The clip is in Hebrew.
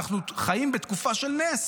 "אנחנו חיים בתקופה של נס"